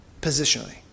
positionally